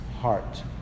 heart